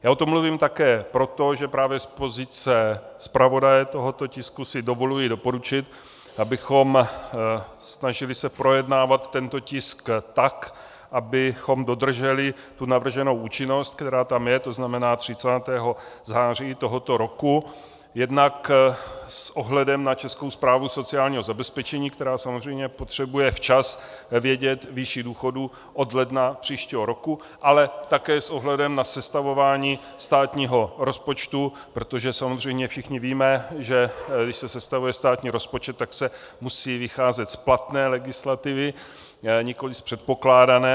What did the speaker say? Já o tom mluví také proto, že právě z pozice zpravodaje tohoto tisku si dovoluji doporučit, abychom se snažili projednávat tento tisk tak, abychom dodrželi tu navrženou účinnost, která tam je, to znamená 30. září tohoto roku, jednak s ohledem na Českou správu sociálního zabezpečení, která samozřejmě potřebuje včas vědět výši důchodů od ledna příštího roku, ale také s ohledem na sestavování státního rozpočtu, protože samozřejmě všichni víme, že když se sestavuje státní rozpočet, tak se musí vycházet z platné legislativy, nikoliv z předpokládané.